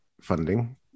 funding